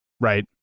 right